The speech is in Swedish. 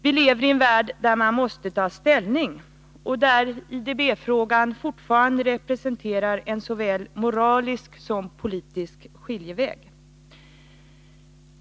Vi lever i en värld där man måste ta ställning och där IDB-frågan fortfarande representerar såväl en moralisk som en politisk skiljeväg.